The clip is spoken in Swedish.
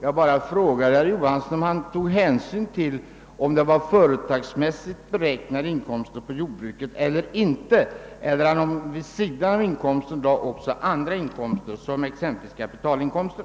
Jag bara frågade herr Johanson, om han tog hänsyn till företagsmässigt beräknade inkomster för jordbruket eller om han vid sidan om sådana inkomster räknade in också andra inkomster, såsom exempelvis kapitalinkomster.